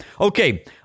Okay